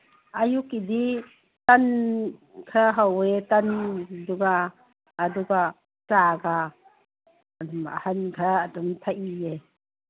ꯑꯌꯨꯛꯀꯤꯗꯤ ꯇꯟ ꯈꯔ ꯍꯧꯋꯦ ꯇꯟꯗꯨꯒ ꯑꯗꯨꯒ ꯆꯥꯒ ꯑꯗꯨꯝ ꯑꯍꯟ ꯈꯔ ꯑꯗꯨꯝ ꯊꯛꯏꯌꯦ